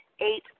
eight